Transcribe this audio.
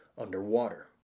underwater